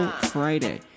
Friday